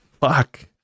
fuck